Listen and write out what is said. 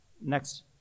next